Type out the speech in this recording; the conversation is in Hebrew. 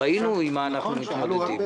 ראינו עם מה שאנחנו מתמודדים.